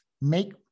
make